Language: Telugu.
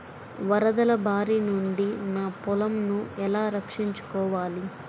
వరదల భారి నుండి నా పొలంను ఎలా రక్షించుకోవాలి?